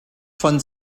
von